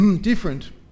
Different